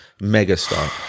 megastar